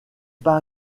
pas